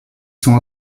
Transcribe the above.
sont